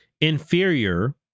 Inferior